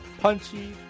punchy